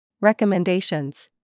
Recommendations